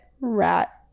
Rat